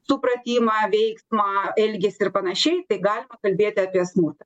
supratimą veiksmą elgesį ir panašiai tai galima kalbėti apie smurtą